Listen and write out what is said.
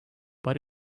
but